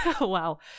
Wow